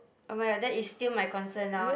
oh my that is still my concern now